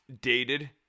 dated